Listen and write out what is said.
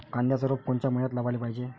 कांद्याचं रोप कोनच्या मइन्यात लावाले पायजे?